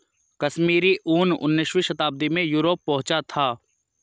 कश्मीरी ऊन उनीसवीं शताब्दी में यूरोप पहुंचा था